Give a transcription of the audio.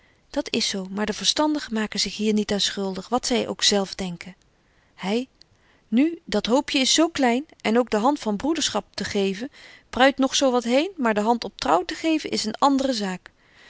dat is zo maar de verstandigen maken betje wolff en aagje deken historie van mejuffrouw sara burgerhart zich hier niet aan schuldig wat zy ook zelf denken hy nu dat hoopje is zo klein en ook de hand van broederschap te geven bruit nog zo wat heen maar de hand op trouw te geven is een andere zaak